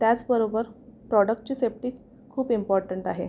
त्याचबरोबर प्रॉडक्टची सेफ्टी खूप इम्पॉर्टंट आहे